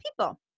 people